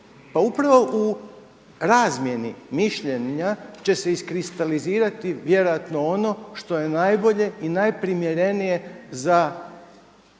Pa upravo u razmjeni mišljenja će se iskristalizirati vjerojatno ono što je najbolje i najprimjerenije za